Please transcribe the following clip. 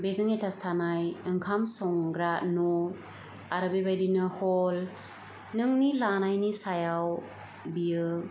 बेजों एटाच्ड थानाय ओंखाम संग्रा न' आरो बेबायदिनो हल नोंनि लानायनि सायाव बियो